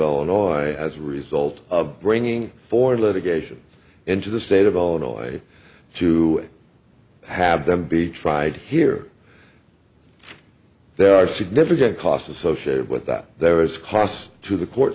illinois as a result of bringing four litigation into the state of all in a way to have them be tried here there are significant costs associated with that there is a cost to the court